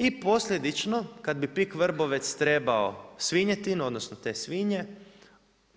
I posljedično kada bi PIK Vrbovec trebao svinjetinu odnosno te svinje